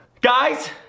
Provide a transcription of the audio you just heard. Guys